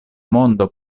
mondo